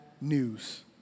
news